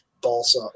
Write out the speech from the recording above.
balsa